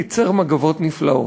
ייצר מגבות נפלאות,